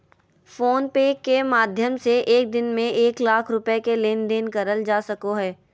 phone पे के माध्यम से एक दिन में एक लाख रुपया के लेन देन करल जा सको हय